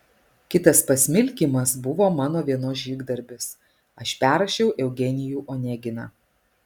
kitas pasmilkymas buvo mano vienos žygdarbis aš perrašiau eugenijų oneginą